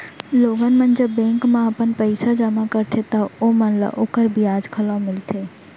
लोगन मन जब बेंक म अपन पइसा जमा करथे तव ओमन ल ओकर बियाज घलौ मिलथे